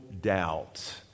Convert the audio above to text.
doubt